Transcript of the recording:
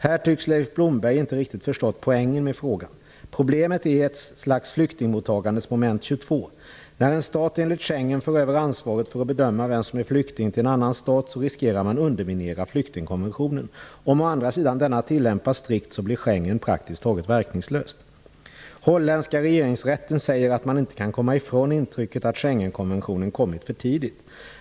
Här tycks Leif Blomberg inte riktigt förstått poängen med frågan. Problemet är ett slags flyktingmottagandets moment 22. När en stat enligt Schengenavtalet å ena sidan för över ansvaret för att bedöma vem som är flykting till en annan stat så riskerar man att underminera flyktingkonventionen. Om å andra sidan denna tillämpas strikt så bli Schengenavtalet praktiskt taget verkningslöst. Den holländska regeringsrätten säger att man inte kan komma ifrån intrycket att Schengenkonventionen kommit för tidigt.